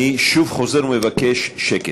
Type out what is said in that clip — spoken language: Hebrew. אני שוב חוזר ומבקש שקט.